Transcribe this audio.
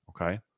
Okay